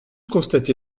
constaté